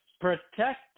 protect